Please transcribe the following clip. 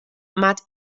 moat